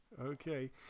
Okay